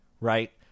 right